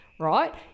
Right